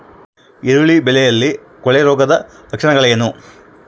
ಈರುಳ್ಳಿ ಬೆಳೆಯಲ್ಲಿ ಕೊಳೆರೋಗದ ಲಕ್ಷಣಗಳೇನು?